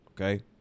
okay